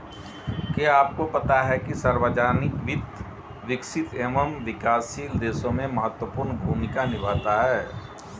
क्या आपको पता है सार्वजनिक वित्त, विकसित एवं विकासशील देशों में महत्वपूर्ण भूमिका निभाता है?